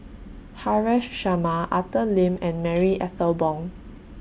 Haresh Sharma Arthur Lim and Marie Ethel Bong